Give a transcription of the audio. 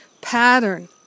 pattern